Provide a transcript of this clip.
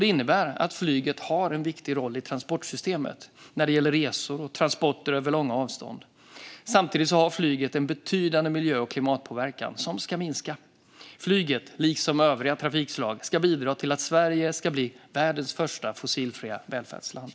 Det innebär att flyget har en viktig roll i transportsystemet när det gäller resor och transporter över långa avstånd. Samtidigt har flyget en betydande miljö och klimatpåverkan som ska minska. Flyget, liksom övriga trafikslag, ska bidra till att Sverige ska bli världens första fossilfria välfärdsland.